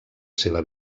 seva